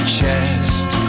chest